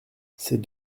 ces